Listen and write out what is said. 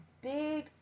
big